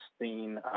seen